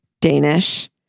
Danish